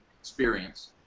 experience